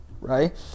right